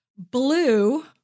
Blue